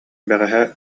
бэҕэһээ